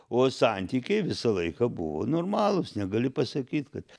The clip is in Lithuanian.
o santykiai visą laiką buvo normalūs negali pasakyt kad